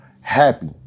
happy